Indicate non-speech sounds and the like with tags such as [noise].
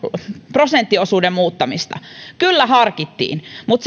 prosenttiosuuden muuttamista kyllä harkittiin mutta [unintelligible]